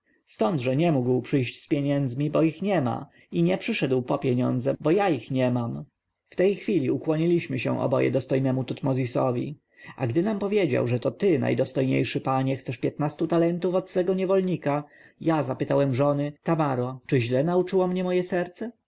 stąd że nie mógł przyjść z pieniędzmi bo ich nie ma i nie przyszedł po pieniądze bo ja ich nie mam w tej chwili ukłoniliśmy się oboje dostojnemu tutmozisowi a gdy nam powiedział że to ty najdostojniejszy panie chcesz piętnastu talentów od swego niewolnika ja zapytałem mojej żony tamaro czy źle nauczyło mnie moje serce